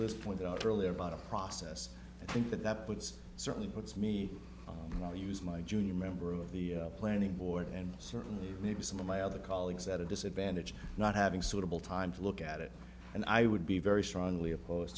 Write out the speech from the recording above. was pointed out earlier about a process i think that that puts certainly puts me on more use my junior member of the planning board and certainly maybe some of my other colleagues at a disadvantage not having suitable time to look at it and i would be very strongly oppose